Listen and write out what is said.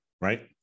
Right